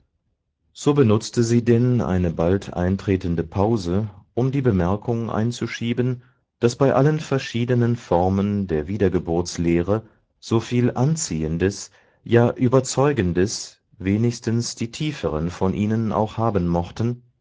so benutzte sie denn eine bald eintretende pause um die bemerkung einzuschieben daß bei allen verschiedenen formen der wiedergeburtslehre so viel anziehendes ja überzeugendes wenigstens die tieferen von ihnen auch haben mochten